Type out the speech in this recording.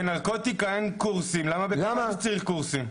בנרקוטיקה אין קורסים, למה בקנביס צריך קורסים?